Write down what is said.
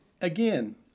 again